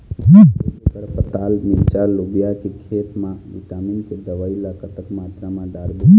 एक एकड़ पताल मिरचा लोबिया के खेत मा विटामिन के दवई ला कतक मात्रा म डारबो?